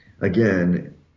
again